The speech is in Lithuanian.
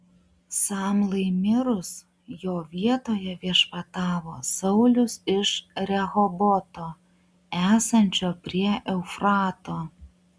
samlai mirus jo vietoje viešpatavo saulius iš rehoboto esančio prie eufrato